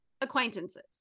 acquaintances